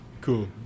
Cool